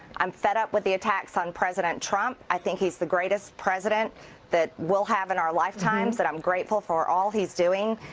i'm fed up with the attacks on president trump, i think he's the greatest president that we'll have in our lifetimes, and i'm grateful for all he's doing,